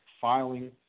filing